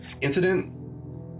incident